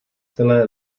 celé